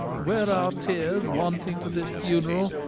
were our teares wanting to this funerall,